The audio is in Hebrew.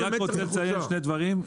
אני רק רוצה לציין שני דברים.